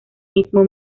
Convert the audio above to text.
mismo